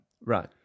Right